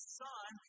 son